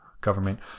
government